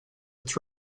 its